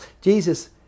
jesus